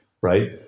right